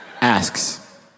Asks